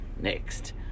Next